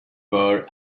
four